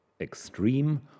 Extreme